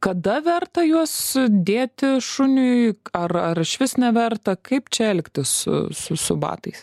kada verta juos dėti šuniui ar ar išvis neverta kaip čia elgtis su su batais